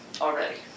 already